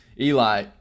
Eli